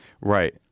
right